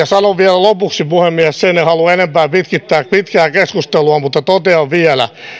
sanon vielä lopuksi puhemies sen en halua enempää pitkittää pitkää keskustelua mutta totean vielä